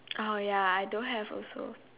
oh ya I don't have also